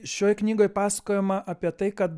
šioj knygoj pasakojama apie tai kad